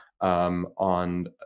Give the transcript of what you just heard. on